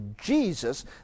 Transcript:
Jesus